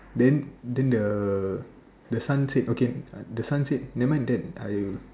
then then the the son said okay the son said never mind that I will